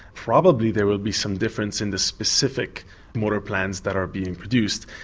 probably there will be some difference in the specific motor plans that are being produced,